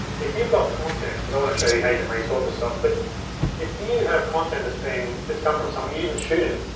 if you've got content, cause i wanna show you how you can re-sort this stuff, but if you have content that's being, that's come from somewhere, you didn't shoot it,